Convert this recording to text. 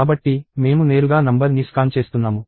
కాబట్టి మేము నేరుగా నంబర్ని స్కాన్ చేస్తున్నాము